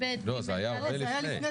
זה היה הרבה לפני.